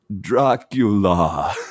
Dracula